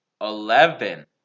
Eleven